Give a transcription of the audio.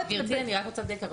גברתי, אני רק אחדד.